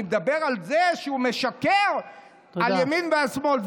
אני מדבר על זה שהוא משקר על ימין ועל שמאל.